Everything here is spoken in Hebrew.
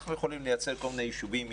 אנחנו יכולים לייצר כל מיני יישובים,